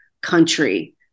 country